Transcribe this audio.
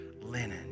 linen